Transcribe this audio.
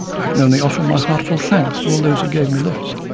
i can only offer my heartfelt thanks to all those who gave me lifts,